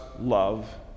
love